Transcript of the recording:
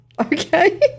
Okay